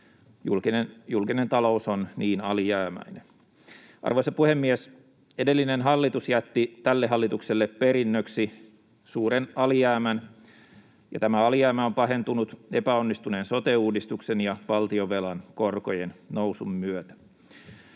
Julkinen talous on niin alijäämäinen. Arvoisa puhemies! Edellinen hallitus jätti tälle hallitukselle perinnöksi suuren alijäämän, ja tämä alijäämä on pahentunut epäonnistuneen sote-uudistuksen ja valtionvelan korkojen nousun myötä.